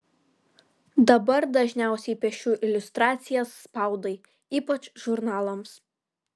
dabar dažniausiai piešiu iliustracijas spaudai ypač žurnalams